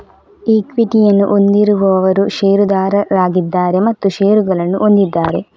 ಈಕ್ವಿಟಿಯನ್ನು ಹೊಂದಿರುವವರು ಷೇರುದಾರರಾಗಿದ್ದಾರೆ ಮತ್ತು ಷೇರುಗಳನ್ನು ಹೊಂದಿದ್ದಾರೆ